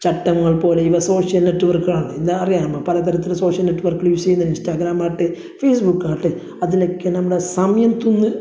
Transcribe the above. ചട്ടങ്ങൾ പോലെയുള്ള സോഷ്യൽ നെറ്റ്വർക്കുകളാണ് ഇന്ന് അറിയാലോ പല തരത്തിൽ സോഷ്യൽ നെറ്റ്വർക്കുകൾ യൂസ് ചെയ്യുന്നു ഇൻസ്റ്റാഗ്രാം ആകട്ടെ ഫേയ്സ്ബുക്ക് ആകട്ടെ അതിലൊക്കെ നമ്മുടെ സമയത്തുന്ന്